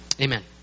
Amen